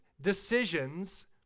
decisions